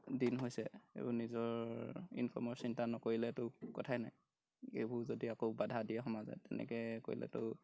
দিন হৈছে এইবোৰ নিজৰ ইনকমৰ চিন্তা নকৰিলেতো কথাই নাই এইবোৰ যদি আকৌ বাধা দিয়ে সমাজে তেনেকৈ কৰিলেতো